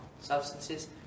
substances